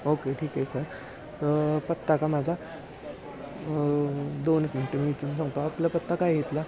okay ठीक आहे sir पत्ता का माझा दोनच मिनटं मी इथून सांगतो आपला पत्ता काय इथला